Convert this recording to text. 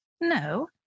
No